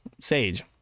Sage